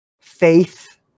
Faith